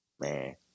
man